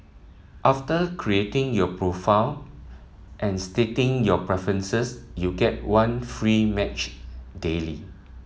after creating your profile and stating your preferences you get one free match daily